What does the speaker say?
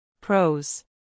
Pros